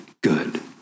good